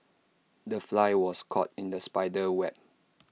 the fly was caught in the spider's web